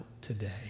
today